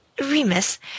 Remus